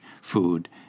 food